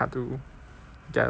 get a dog also